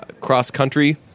cross-country